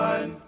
One